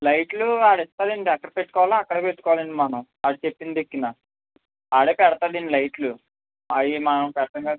లైట్లు వాడిస్తాడండి ఎక్కడ పెట్టుకోవాలో అక్కడ పెట్టుకోవాలండి మనం వాడు చెప్పిన దిక్కున వాడే పెడతాడండి లైట్లు అవి మనం పెట్టంగానీ